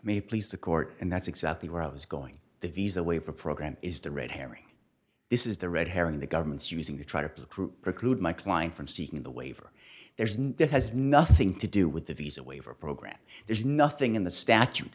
me please the court and that's exactly where i was going the visa waiver program is the red herring this is the red herring the government's using to try to prove preclude my client from seeking the waiver there's no it has nothing to do with the visa waiver program there's nothing in the statute